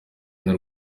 n’u